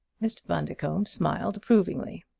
mr. bundercombe smiled approvingly.